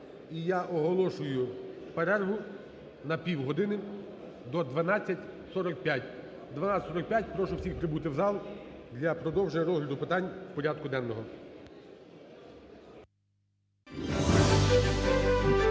я оголошую перерву на півгодини до 12:45. О 12:45 прошу всіх прибути в зал для продовження розгляду питань порядку денного.